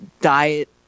diet